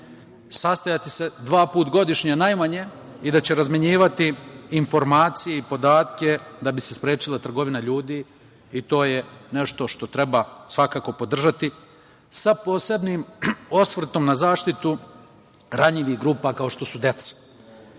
sastojati dva puta godišnje najmanje i da će razmenjivati informacije i podatke da bi se sprečila trgovina ljudi i to je nešto što treba svakako podržati, sa posebnim osvrtom na zaštitu ranjivih grupa kao što su